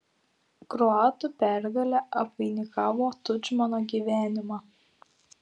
kroatų pergalė apvainikavo tudžmano gyvenimą